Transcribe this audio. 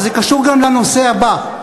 וזה קשור גם לנושא הבא.